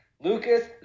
Lucas